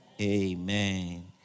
Amen